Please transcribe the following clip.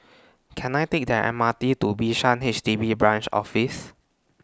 Can I Take The M R T to Bishan H D B Branch Office